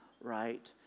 right